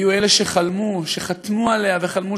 היו אלה שחלמו, שחתמו עליה וחלמו